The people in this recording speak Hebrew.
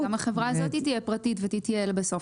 גם החברה הזאת תהיה פרטית ובסוף תתייעל.